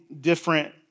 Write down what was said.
different